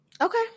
Okay